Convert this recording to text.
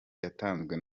yatanzwe